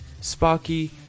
Sparky